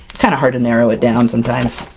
kind of hard to narrow it down, sometimes.